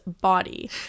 body